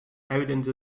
evidence